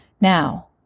Now